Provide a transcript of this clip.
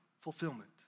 fulfillment